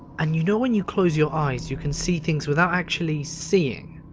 and you know when you close your eyes you can see things without actually seeing?